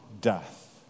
death